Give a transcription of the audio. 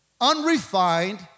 unrefined